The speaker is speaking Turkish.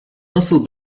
nasıl